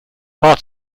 part